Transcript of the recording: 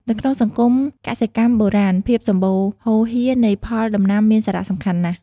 នៅក្នុងសង្គមកសិកម្មបុរាណ ភាពសម្បូរហូរហៀរនៃផលដំណាំមានសារៈសំខាន់ណាស់។